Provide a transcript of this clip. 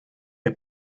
est